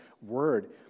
Word